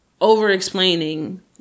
over-explaining